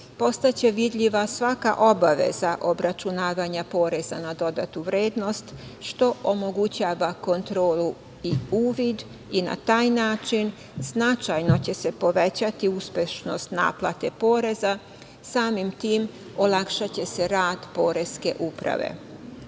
postaće vidljiva svaka obaveza obračunavanja poreza na dodatu vrednost, što omogućava kontrolu i uvid i na taj način značajno će se povećati uspešnost naplate poreza, samim tim, olakšaće se rad poreske uprave. Zakon